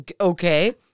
Okay